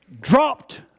dropped